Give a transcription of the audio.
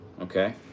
okay